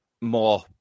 more